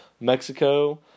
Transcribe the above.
Mexico